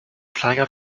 kleiner